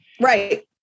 right